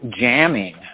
jamming